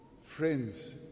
friends